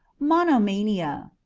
monomania.